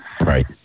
Right